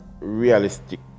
realistic